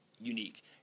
unique